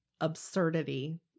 absurdity